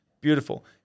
Beautiful